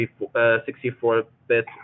64-bit